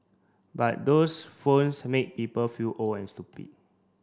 but those phones make people feel old and stupid